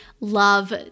love